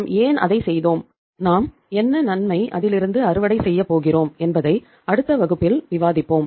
நாம் ஏன் அதைச் செய்தோம் நாம் என்ன நன்மை அதிலிருந்து அறுவடை செய்யப் போகிறோம் என்பதை அடுத்த வகுப்பில் விவாதிப்போம்